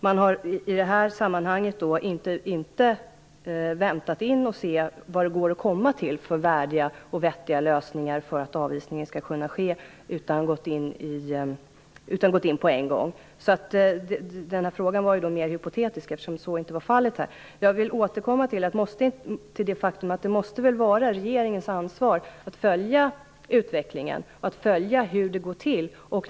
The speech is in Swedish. Man har i det här sammanhanget inte väntat och sett vilka värdiga och vettiga lösningar vad beträffar avvisningen det skulle kunnat gå att komma fram till, utan man har gått in på en gång. Därför var frågan hypotetisk. Jag vill återkomma till det faktum att det måste vara regeringens ansvar att följa utvecklingen och att se hur det går till.